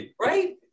Right